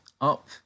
up